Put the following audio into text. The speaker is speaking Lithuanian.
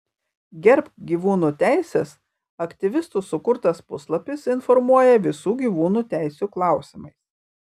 gerbk gyvūnų teises aktyvistų sukurtas puslapis informuoja visų gyvūnų teisių klausimais